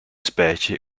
specie